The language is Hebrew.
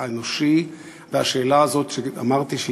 האנושי ומעניינת השאלה הזו שאמרתי,